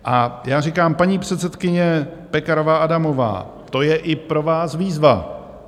A já říkám, paní předsedkyně Pekarová Adamová, to je i pro vás výzva.